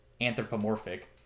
anthropomorphic